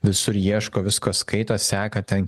visur ieško visko skaito seka ten